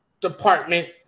department